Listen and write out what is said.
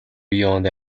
beyond